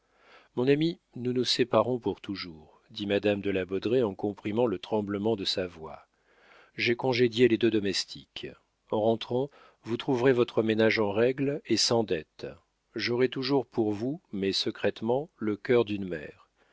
mon ami nous nous séparons pour toujours dit madame de la baudraye en comprimant le tremblement de sa voix j'ai congédié les deux domestiques en rentrant vous trouverez votre ménage en règle et sans dettes j'aurai toujours pour vous mais secrètement le cœur d'une mère